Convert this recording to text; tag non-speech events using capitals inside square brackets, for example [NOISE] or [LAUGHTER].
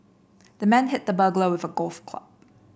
the man hit the [UNINTELLIGIBLE] with a golf club